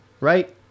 Right